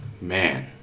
Man